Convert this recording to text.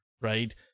right